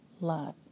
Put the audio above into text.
love